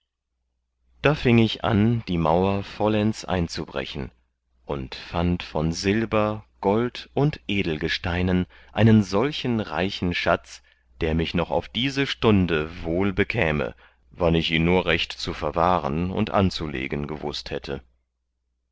da fieng ich an die maur vollends einzubrechen und fand von silber gold und edelgesteinen einen solchen reichen schatz der mir noch auf diese stunde wohl bekäme wann ich ihn nur recht zu verwahren und anzulegen gewußt hätte